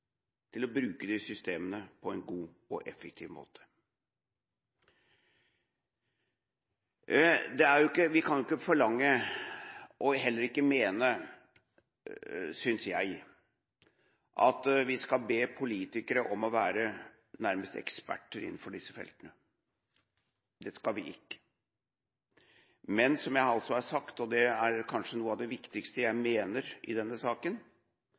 til å bruke de systemene på en god og effektiv måte. Vi kan ikke forlange – og heller ikke mene, synes jeg – at politikere skal være nærmest eksperter innenfor disse feltene. Det skal vi ikke. Men som jeg altså har sagt – og det er kanskje noe av det viktigste jeg mener i denne saken